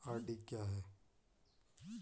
RD क्या है?